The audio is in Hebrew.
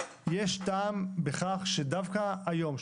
יש טעם בכך שדווקא היום נעודד,